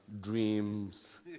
dreams